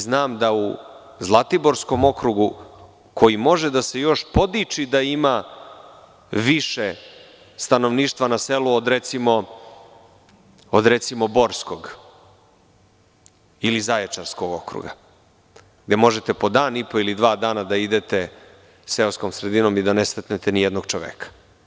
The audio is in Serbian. Znam da u Zlatiborskom okrugu koji može još da se podiči da ima više stanovništva na selu od, recimo Borskog ili Zaječarskog okruga, gde možete dan i po ili dva dana da idete seoskom sredinom i da ne sretnete ni jednog čoveka.